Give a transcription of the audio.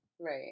Right